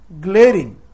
glaring